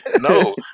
No